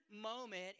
moment